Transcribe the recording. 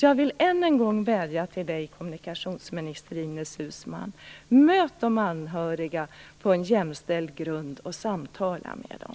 Jag vill än en gång vädja till kommunikationsminister Ines Uusmann att möta de anhöriga på en jämställd grund och samtala med dem!